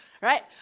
right